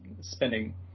spending